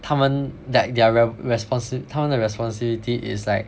他们 tha~ like their respon~ 他们的 responsibility is like